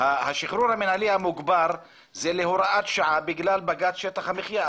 השחרור המינהלי המוגבר זה להוראת שעה בגלל בג"ץ שטח המחיה,